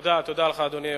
תודה לך, אדוני היושב-ראש.